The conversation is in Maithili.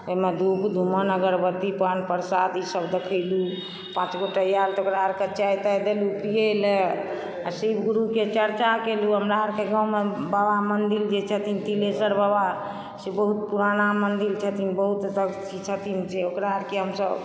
ओहिमे धूप धूमन अगरबत्ती पान प्रसाद ईसभ देखयलु पाँचगोटा आयल तऽ ओकरा अरके चाय ताय देलु पीअलऽ आ शिवगुरुके चर्चा केलु हमरा अरके गाँवमे बाबा मन्दिर जे छथिन तिलेश्वर बाबा से बहुत पुराना मन्दिर छथिन बहुत अथी छथिन जे ओकरा अरके हमसभ